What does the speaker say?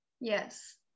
Yes